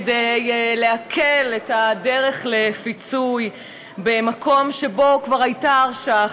כדי להקל את הדרך לפיצוי במקום שבו כבר הייתה הרשעה.